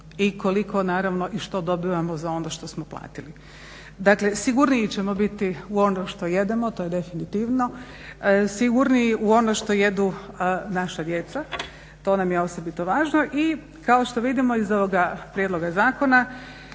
i koliko naravno i što dobivamo za ono što smo platili. Dakle sigurniji ćemo biti u ono što jedemo, sigurniji u ono što jedu naša djeca. To nam je osobito važno i kao što vidimo iz ovoga prijedloga zakona